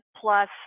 plus